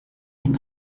dem